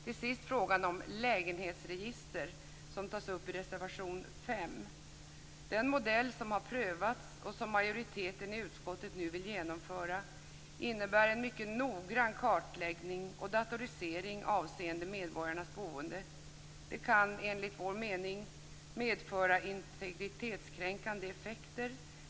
Till sist gäller det frågan om lägenhetsregister som tas upp i reservation 5. Den modell som har prövats, och som majoriteten i utskottet nu vill genomföra, innebär en mycket noggrann kartläggning och datorisering avseende medborgarnas boende. Detta kan enligt vår mening medföra integritetskränkande effekter.